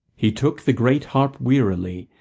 he took the great harp wearily,